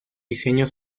diseño